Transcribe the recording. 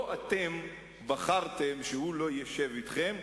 לא אתם בחרתם שהוא לא ישב אתכם,